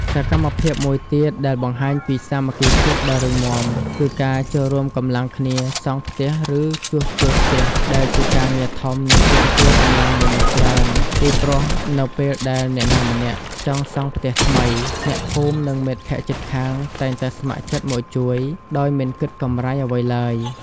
សកម្មភាពមួយទៀតដែលបង្ហាញពីសាមគ្គីភាពដ៏រឹងមាំគឺការចូលរួមកម្លាំងគ្នាសង់ផ្ទះឬជួសជុលផ្ទះដែលជាការងារធំនិងទាមទារកម្លាំងមនុស្សច្រើនពីព្រោះនៅពេលដែលអ្នកណាម្នាក់ចង់សង់ផ្ទះថ្មី អ្នកភូមិនិងមិត្តភក្តិជិតខាងតែងតែស្ម័គ្រចិត្តមកជួយដោយមិនគិតកម្រៃអ្វីឡើយ។